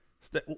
Stay